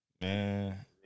Man